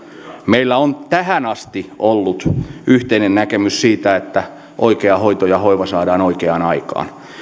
meillä on tähän asti ollut yhteinen näkemys siitä että oikea hoito ja hoiva saadaan oikeaan aikaan